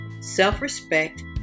self-respect